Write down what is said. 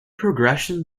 progression